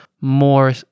more